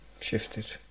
shifted